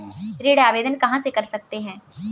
ऋण आवेदन कहां से कर सकते हैं?